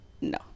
no